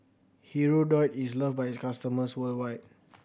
Hirudoid is loved by its customers worldwide